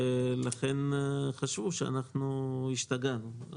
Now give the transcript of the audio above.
לכן חשוב שאנחנו "השתגענו".